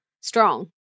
strong